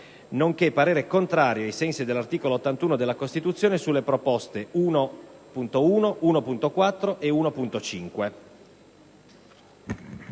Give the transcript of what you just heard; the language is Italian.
nonché parere contrario, ai sensi dell'articolo 81 della Costituzione, sulle proposte 1.1, 1.4 e 1.5».